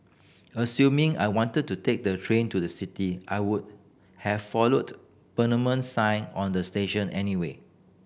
assuming I wanted to take the train to the city I would have followed permanent sign on the station anyway